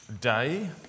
day